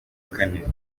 kane